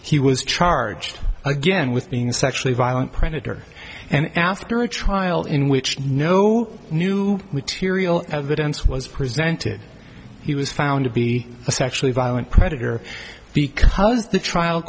he was charged again with being sexually violent predator and after a trial in which no new material evidence was presented he was found to be a sexually violent predator because the trial